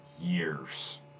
years